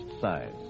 size